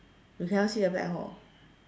you cannot see the black hole